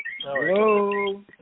Hello